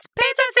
pizza